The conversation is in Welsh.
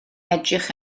edrych